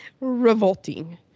revolting